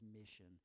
mission